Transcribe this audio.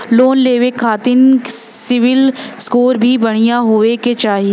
Loan लेवे के खातिन सिविल स्कोर भी बढ़िया होवें के चाही?